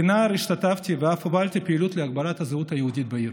כנער השתתפתי ואף הובלתי פעילות להגברת הזהות היהודית בעיר.